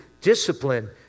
discipline